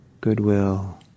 goodwill